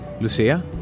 Lucia